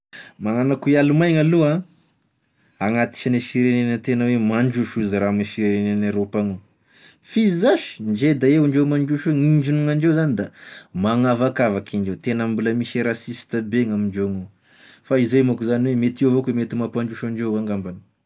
Magnano a koa i Alimana aloha an agnaty isagne firegnena tena hoe mandroso izy raha ame firegnena Eropa agny f'izy zash, ndre da eo ndreo mandroso i gn'ino indro gnindreo zany da magnavakavak'indreo tena mbola tena misy e rasista be gn'amindreo agny fa izay manko zany, mety izay koa mampandroso andreo angambany.